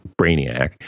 Brainiac